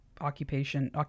occupation